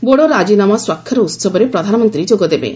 ବୋଡୋ ରାଜିନାମା ସ୍ୱାକ୍ଷର ଉହବରେ ପ୍ରଧାନମନ୍ତ୍ରୀ ଯୋଗଦେବେ